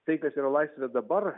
tai kas yra laisvė dabar